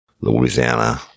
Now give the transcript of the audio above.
Louisiana